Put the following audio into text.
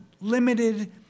limited